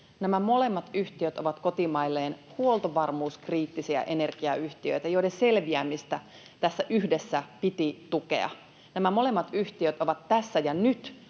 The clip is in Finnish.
Nämä molemmat yhtiöt ovat kotimailleen huoltovarmuuskriittisiä energiayhtiöitä, joiden selviämistä tässä yhdessä piti tukea. Nämä molemmat yhtiöt ovat tässä ja nyt